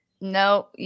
No